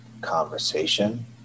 conversation